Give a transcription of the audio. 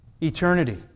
eternity